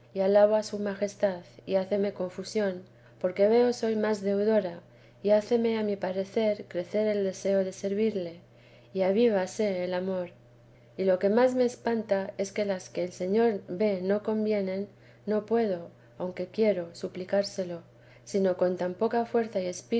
y alabo a su majestad y háceme confusión porque veo soy más deudora y háceme a mi parecer crecer el deseo de servirle y avívase el amor v lo que más me espanta es que las que el señor ve no convienen no puedo aunque quiero suplicárselo sino con tan poca fuerza y